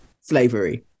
slavery